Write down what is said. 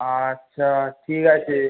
আচ্ছা ঠিক আছে